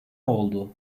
oldu